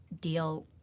deal